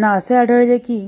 त्यांना आढळले की